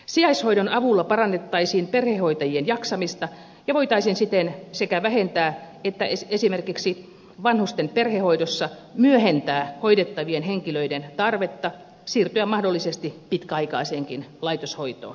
sijaishoidon avulla parannettaisiin perhehoitajien jaksamista ja voitaisiin siten sekä vähentää että esimerkiksi vanhusten perhehoidossa myöhentää hoidettavien henkilöiden tarvetta siirtyä mahdollisesti pitkäaikaiseenkin laitoshoitoon